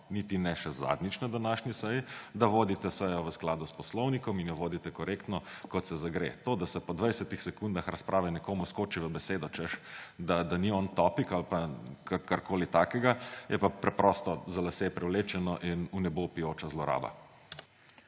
niti ne še zadnjič na današnji seji, da vodite sejo v skladu s poslovnikom in jo vodite korektno, kot se gre. To, da se po dvajsetih sekundah razprave nekomu skoči v besedo, češ, da ni on topic ali pa karkoli takega, je pa preprosto za lase privlečeno in vnebovpijoča zloraba.